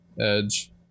Edge